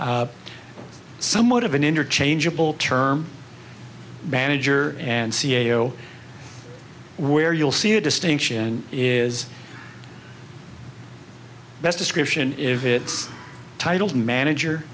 somewhat of an interchangeable term manager and c e o where you'll see a distinction is best description if it's titled manager